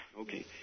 Okay